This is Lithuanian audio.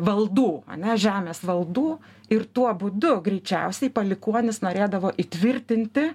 valdų ane žemės valdų ir tuo būdu greičiausiai palikuonis norėdavo įtvirtinti